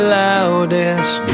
loudest